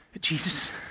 Jesus